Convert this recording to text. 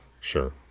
Sure